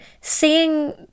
seeing